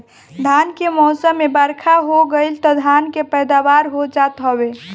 धान के मौसम में बरखा हो गईल तअ धान के पैदावार हो जात हवे